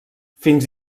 fins